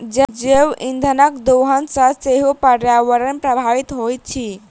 जैव इंधनक दोहन सॅ सेहो पर्यावरण प्रभावित होइत अछि